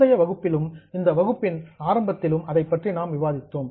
முந்தைய வகுப்பிலும் இந்த வகுப்பின் ஆரம்பத்திலும் அதைப்பற்றி நாம் விவாதித்தோம்